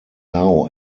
now